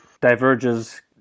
diverges